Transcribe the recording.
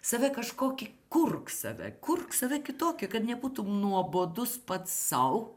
save kažkokį kurk save kurk save kitokį kad nebūtum nuobodus pats sau